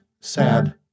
Sad